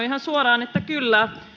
ihan suoraan että kyllä